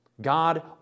God